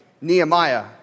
Nehemiah